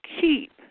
keep